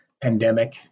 pandemic